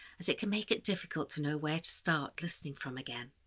as it can make it difficult to know where to start listening from again.